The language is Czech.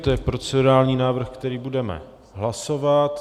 To je procedurální návrh, který budeme hlasovat.